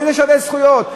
איזה שווה-זכויות?